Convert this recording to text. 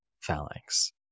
phalanx